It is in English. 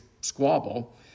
squabble